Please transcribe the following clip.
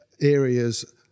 areas